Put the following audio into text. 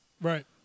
Right